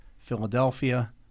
Philadelphia